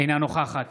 אינה נוכחת